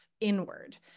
inward